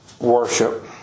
worship